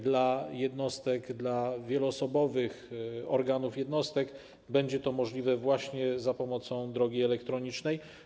Dla jednostek, dla wieloosobowych organów jednostek będzie to możliwe właśnie za pomocą drogi elektronicznej.